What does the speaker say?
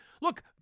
Look